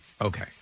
Okay